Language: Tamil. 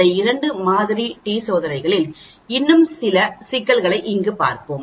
அந்த இரண்டு மாதிரி டி சோதனைகளில் இன்னும் சில சிக்கல்களைப் பார்ப்போம்